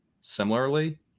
similarly